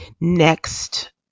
next